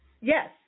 Yes